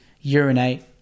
urinate